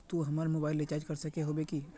तू हमर mobile recharge कर सके होबे की?